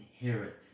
inherit